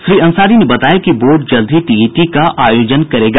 श्री अंसारी ने बताया कि बोर्ड जल्द ही टीईटी का आयोजन करेगा